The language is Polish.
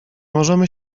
możemy